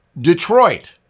Detroit